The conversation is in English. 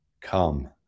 come